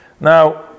Now